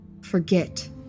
Forget